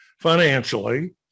financially